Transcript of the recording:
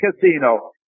Casino